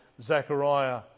Zechariah